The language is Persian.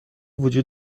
وجود